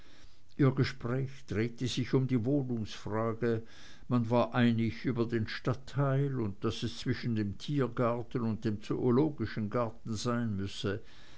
ihr gespräch drehte sich um die wohnungsfrage man war einig über den stadtteil und daß es zwischen dem tiergarten und dem zoologischen garten sein müsse